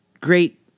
great